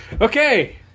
okay